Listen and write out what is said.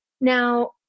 Now